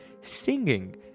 singing